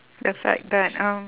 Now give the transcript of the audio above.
the fact that um